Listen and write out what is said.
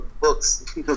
books